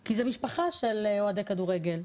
כי זה משפחה של אוהדי כדורגל.